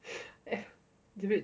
ya it's a bit